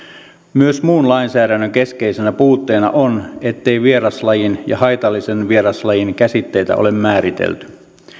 myös muun lainsäädännön keskeisenä puutteena on ettei vieraslajin ja haitallisen vieraslajin käsitteitä ole määritelty